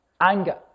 anger